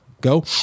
Go